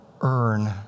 Earn